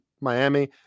Miami